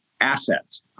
assets